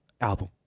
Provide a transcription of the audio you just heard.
album